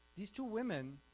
these two women